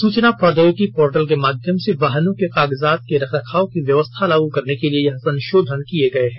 सुचना प्रौद्योगिकी पोर्टल के माध्यम से वाहनों के कागजात के रखरखाव की व्यवस्था लाग करने के लिए यह संशोधन किए गए हैं